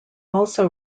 also